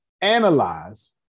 Analyze